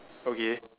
okay